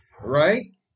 right